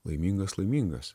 laimingas laimingas